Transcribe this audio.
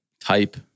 type